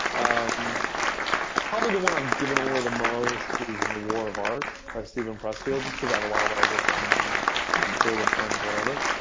um probably the one i've given away the most is the war of art by steven pressfield, because i have a lot of writer friends and creative friends, whatever.